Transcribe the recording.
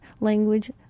language